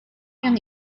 yang